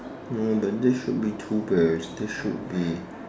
no but there should be two bears there should be